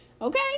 Okay